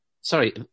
Sorry